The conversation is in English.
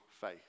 faith